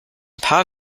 paar